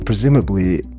Presumably